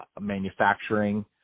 manufacturing